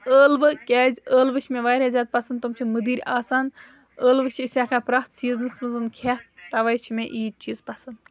ٲلوٕ کیازِ ٲلوٕ چھِ مےٚ واریاہ زیادٕ پَسنٛد تم چھِ مٔدٕرۍ آسان ٲلوٕ چھِ أسۍ ہیٚکان پرٛٮ۪تھ سیٖزنَس منٛز کھٮ۪تھ تَوَے چھِ مےٚ عیٖت چیٖز پَسنٛد